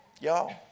Y'all